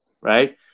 Right